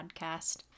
podcast